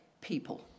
people